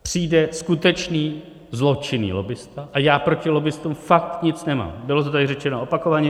Přijde skutečný zločinný lobbista a já proti lobbistům fakt nic nemám, bylo to tady řečeno opakovaně.